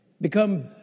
Become